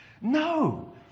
No